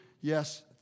yes